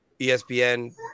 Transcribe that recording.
ESPN